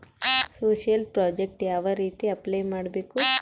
Social project ಯಾವ ರೇತಿ apply ಮಾಡಬೇಕು?